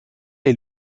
est